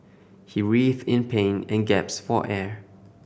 he writhed in pain and gasped for air